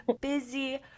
busy